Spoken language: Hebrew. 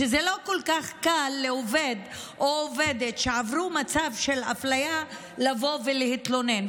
שזה לא כל כך קל לעובד או עובדת שעברו מצב של אפליה לבוא ולהתלונן.